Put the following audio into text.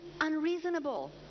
unreasonable